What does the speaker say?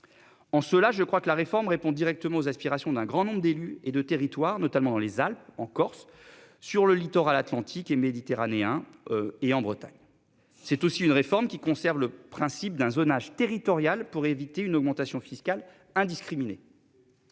En cela je crois que la réforme répond directement aux aspirations d'un grand nombre d'élus et de territoire, notamment dans les halles en Corse sur le littoral Atlantique et méditerranéen. Et en Bretagne. C'est aussi une réforme qui conserve le principe d'un zonage territorial pour éviter une augmentation fiscale indiscriminées.